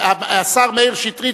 השר מאיר שטרית,